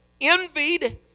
envied